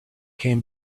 came